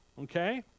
Okay